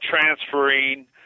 transferring